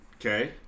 Okay